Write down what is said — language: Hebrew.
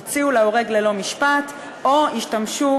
הוציאו להורג ללא משפט או השתמשו